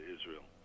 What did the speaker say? Israel